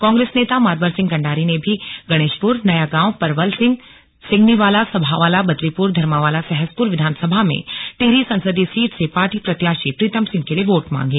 कांग्रेस नेता मातबर सिंह कण्डारी ने भी गणेशपुर नयागांव परवल सिंहनीवाला सभावाला बद्रीपुर धर्मावाला सहसपुर विधानसभा में टिहरी संसदीय सीट से पार्टी प्रत्याशी प्रीतम सिंह के लिए वोट मांगें